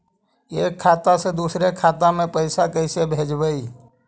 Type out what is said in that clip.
एक खाता से दुसर के खाता में पैसा कैसे भेजबइ?